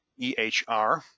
EHR